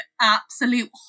absolute